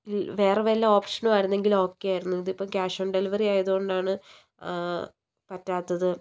വേറെ വല്ല ഓപ്ഷനും ആയിരുന്നെങ്കില് ഓക്കേ ആയിരുന്നു ഇത് ഇപ്പം ക്യാഷ് ഓൺ ഡെലിവറി ആയത് കൊണ്ടാണ് പറ്റാത്തത്